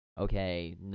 Okay